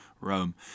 Rome